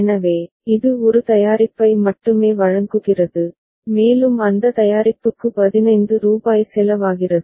எனவே இது ஒரு தயாரிப்பை மட்டுமே வழங்குகிறது மேலும் அந்த தயாரிப்புக்கு 15 ரூபாய் செலவாகிறது